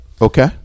Okay